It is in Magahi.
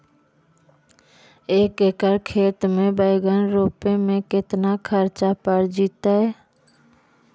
एक एकड़ खेत में बैंगन रोपे में केतना ख़र्चा पड़ जितै?